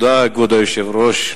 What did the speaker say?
כבוד היושב-ראש,